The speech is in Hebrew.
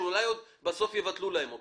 שאולי בסוף עוד יבטלו להם אותו.